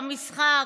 המשחק,